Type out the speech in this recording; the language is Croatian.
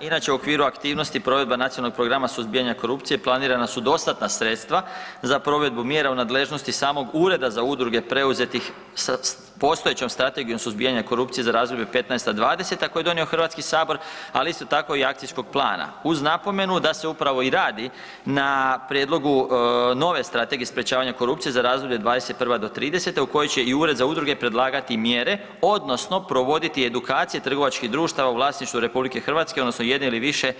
Inače u okviru aktivnosti provedba Nacionalnog plana suzbijanja korupcije planirana su dostatna sredstva za provedbu mjera u nadležnosti samog Ureda za udruge preuzetih sa postojećom Strategijom suzbijanja korupcije za razdoblje 2015.-2020. koju je donio HS, ali isto tako i akcijskog plana uz napomenu da se upravo i radi na prijedlogu nove Strategije za sprečavanje korupcije za razdoblje 2021.-2030. u kojoj će i Ured za udruge predlagati mjere odnosno provoditi edukacije trgovačkih društava u vlasništvu RH odnosno jedne ili više